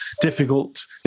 difficult